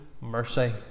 mercy